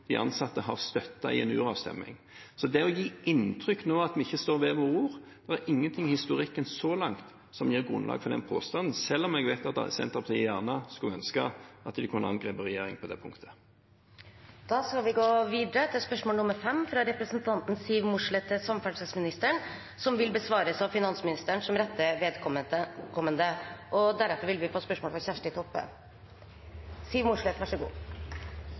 de ansatte har støttet i en uravstemning. Det å gi inntrykk av nå at vi ikke står ved våre ord – det er ingenting i historikken så langt som gir grunnlag for den påstanden, selv om jeg vet at Senterpartiet gjerne skulle ønske at de kunne angripe regjeringen på det punktet. Dette spørsmålet, fra representanten Siv Mossleth til samferdselsministeren, vil bli besvart av finansministeren som rette vedkommende.